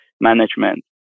management